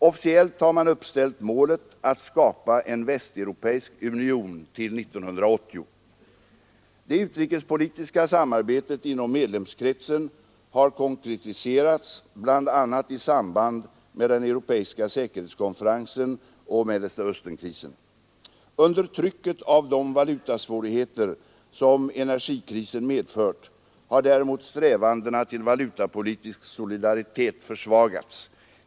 Officiellt har man uppställt målet att skapa en västeuropeisk union till 1980. Det utrikespolitiska samarbetet inom medlemskretsen har konkretiserats bl.a. i samband med den europeiska säkerhetskonferensen och Mellersta Östern-krisen. Under trycket av de valutasvårigheter som energikrisen medfört har däremot strävandena till valutapolitisk solidaritet försvagats.